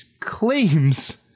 claims